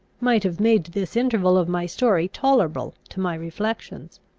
might have made this interval of my story tolerable to my reflections.